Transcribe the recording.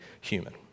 human